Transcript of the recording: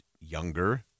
younger